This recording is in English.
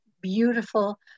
beautiful